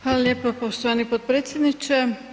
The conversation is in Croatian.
Hvala lijepo poštovani potpredsjedniče.